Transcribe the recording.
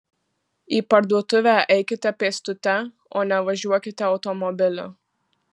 į parduotuvę eikite pėstute o ne važiuokite automobiliu